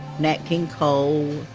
nat king cole,